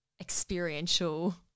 experiential